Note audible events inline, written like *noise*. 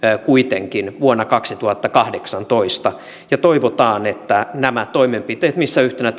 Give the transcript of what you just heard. kuitenkin vuonna kaksituhattakahdeksantoista ja toivotaan että nämä toimenpiteet missä yhtenä *unintelligible*